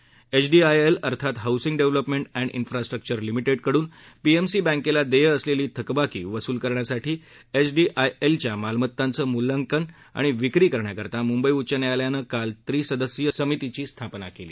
बिंडीआयात्रि अर्थात housing development and infrastructure लिमिटेडकडून P िसी बँकेला देय असलेली थकबाकी वसूल करण्यासाठी ििडीआय ििच्या मालमत्तांचं मूल्यांकन आणि विक्री करण्याकरता मुंबई उच्च न्यायालयानं काल त्रिसदस्यीय समितीची स्थापना केली